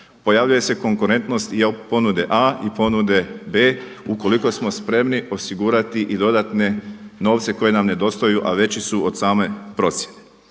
Pojavljuje se konkurentnost i ponude a i ponude b ukoliko smo spremni osigurati i dodatne novce koji nam nedostaju, a veći su od same procjene.